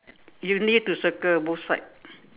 you need to circle both sides